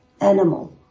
animal